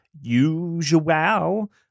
usual